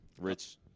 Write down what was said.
rich